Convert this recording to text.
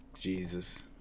Jesus